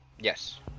Yes